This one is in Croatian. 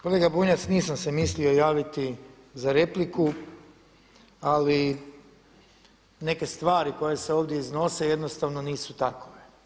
Kolega Bunjac nisam se mislio javiti za repliku ali neke stvari koje se ovdje iznose jednostavno nisu takve.